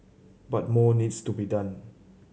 but more needs to be done